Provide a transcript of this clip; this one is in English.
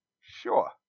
Sure